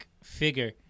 figure